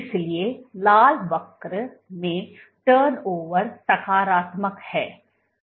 इसलिए लाल वक्र मे टर्नओवर सकारात्मक है